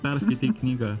perskaitei knygą